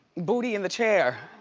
booty in the chair,